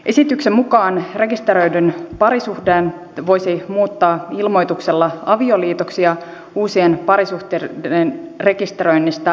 esityksen mukaan rekisteröidyn parisuhteen voisi muuttaa ilmoituksella avioliitoksi ja uusien parisuhteiden rekisteröinnistä luovuttaisiin